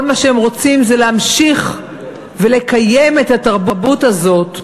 כל מה שהם רוצים זה להמשיך ולקיים את התרבות הזאת.